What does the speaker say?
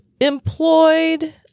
employed